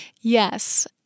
Yes